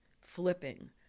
flipping